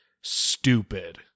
stupid